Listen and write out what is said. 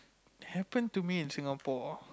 happen to me in Singapore